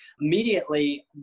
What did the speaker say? immediately